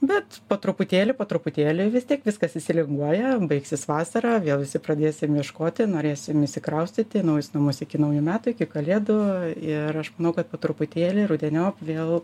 bet po truputėlį po truputėlį vis tiek viskas išsilinguoja baigsis vasara vėl visi pradėsim ieškoti norėsim įsikraustyti į naujus namus iki naujųjų metų iki kalėdų ir aš manau kad po truputėlį rudeniop vėl